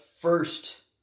first